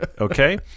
okay